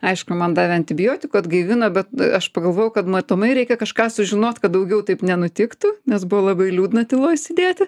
aišku man davė antibiotikų atgaivino bet aš pagalvojau kad matomai reikia kažką sužinot kad daugiau taip nenutiktų nes buvo labai liūdna tyloj sėdėti